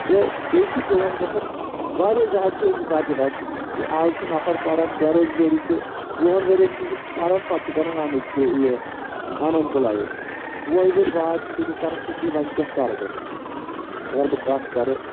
تہٕ بیٚیہِ چھِ کٲم گژھان واریاہ زیادٕ چھِ أسۍ حِساب کِتاب یہِ کہِ آز چھِ نَفَر پَران بےٚ روزگٲری چھِ وُہَن ؤریَن چھِ سُہ پَران پَتہٕ چھُ بَنَان اَن اٮ۪جو یہِ ان اٮ۪مپلایڈ وُہہِ ؤہٕرۍ باد چھِنہٕ تٔمِس تران فِکری وۄنۍ کیاہ کَرٕ بہٕ اگر بہٕ کَتھ کَرٕ